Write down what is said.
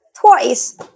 twice